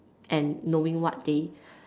and knowing what they